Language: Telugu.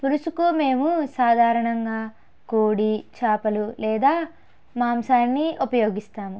పులుసుకు మేము సాధారణంగా కోడి చేపలు లేదా మాంసాన్ని ఉపయోగిస్తాము